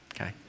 okay